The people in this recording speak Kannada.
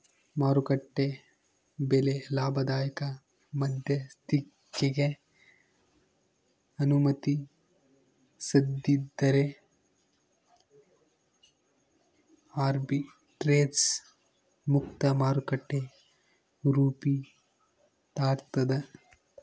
ಮಾರುಕಟ್ಟೆ ಬೆಲೆ ಲಾಭದಾಯಕ ಮಧ್ಯಸ್ಥಿಕಿಗೆ ಅನುಮತಿಸದಿದ್ದರೆ ಆರ್ಬಿಟ್ರೇಜ್ ಮುಕ್ತ ಮಾರುಕಟ್ಟೆ ರೂಪಿತಾಗ್ತದ